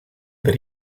that